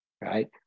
right